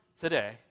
today